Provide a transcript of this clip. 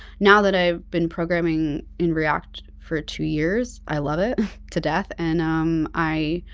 now that i've been programming in react for two years, i love it to death. and um i